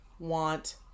Want